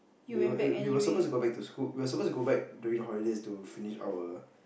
we were we we were suppose to go back to school we were suppose to go back during the holidays to finish our